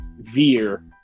Veer